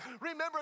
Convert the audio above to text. Remember